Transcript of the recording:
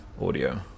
audio